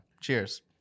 cheers